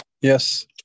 Yes